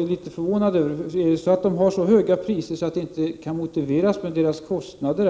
Om oljebolagen håller så höga priser att de inte kan motiveras med bolagens kostnader,